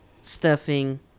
stuffing